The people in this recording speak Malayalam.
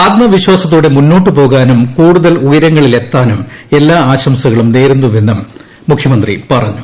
ആത്മവിശാസ്ത്തോടെ മുന്നോട്ട് പോകാനും കൂടുതൽ ഉയരങ്ങളിലേക്കെത്താനും എല്ലാ ആശംസകളും നേരുന്നുവെന്നും മുഖ്യമന്ത്രി പറഞ്ഞു